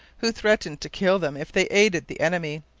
who threatened to kill them if they aided the enemy.